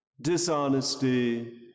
dishonesty